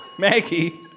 Maggie